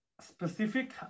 specific